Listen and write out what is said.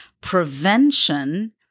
prevention